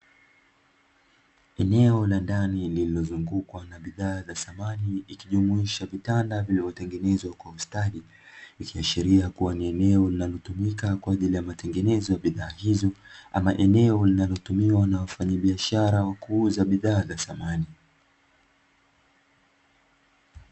Eneo la ndani lililozungukwa na bidhaa za samani, ikijumuisha vitanda vinavyotengenezwa kwa ustadi, ya sheria kuwa ni eneo, linalotumika kwa ajili ya matengenezo ya bidhaa hizo, ama eneo linalotumiwa na wafanyibiashara wa kuuza bidhaa za samani.